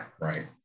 Right